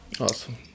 Awesome